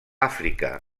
àfrica